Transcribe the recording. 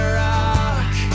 rock